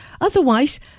otherwise